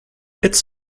its